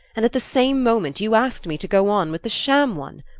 and at the same moment you asked me to go on with a sham one.